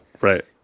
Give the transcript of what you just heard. Right